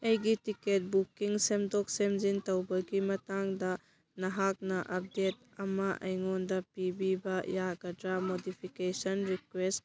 ꯑꯩꯒꯤ ticket booking ꯁꯦꯝꯗꯣꯛ ꯁꯦꯝꯖꯤꯟ ꯇꯧꯕꯒꯤ ꯃꯇꯥꯡꯗ ꯅꯍꯥꯛꯅ ꯑꯞꯗꯦꯠ ꯑꯃ ꯑꯩꯉꯣꯟꯗ ꯄꯤꯕꯤꯕ ꯌꯥꯒꯗ꯭ꯔ ꯅꯣꯇꯤꯐꯤꯀꯦꯁꯟ ꯔꯤꯀꯨꯋꯦꯁ